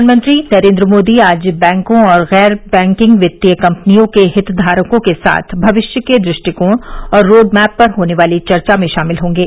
प्रधानमंत्री नरेन्द्र मोदी आज बैंकों और गैर बैंकिंग वित्तीय कंपनियों के हितधारकों के साथ भविष्य के दृष्टिकोण और रोडमैप पर होने वाली चर्चा में शामिल होंगे